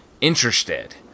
interested